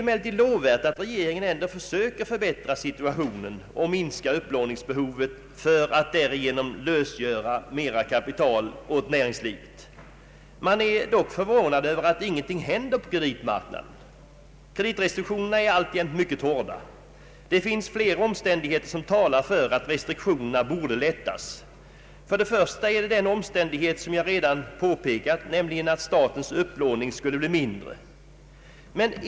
Det är lovvärt att regeringen ändå försöker förbättra situationen och minska upplåningsbehovet för att därigenom lösgöra mera kapital åt näringslivet. Man är dock förvånad över att ingenting händer på kreditmarknaden. Kreditrestriktionerna är alltjämt mycket hårda. Det finns flera omständigheter som talar för att restriktionerna borde lättas. För det första är det den omständighet som jag redan påpekat, nämligen att statens upplåning skulle bli mindre.